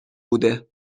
بوده